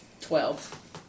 Twelve